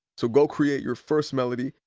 so go create your first melody.